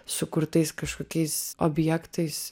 sukurtais kažkokiais objektais